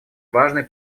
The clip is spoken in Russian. важный